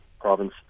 province